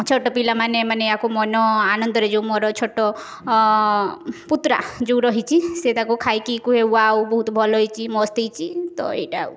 ଛୋଟ ପିଲାମାନେ ଏମାନେ ଆକୁ ମନ ଆନନ୍ଦରେ ଯେଉଁ ମୋର ଛୋଟ ପୁତୁରା ଯେଉଁ ରହିଛି ସେ ତାକୁ ଖାଇକି କୁହେ ୱାଓ ବହୁତ ଭଲ ହେଇଛି ମସ୍ତ ହେଇଛି ତ ଏଇଟା ଆଉ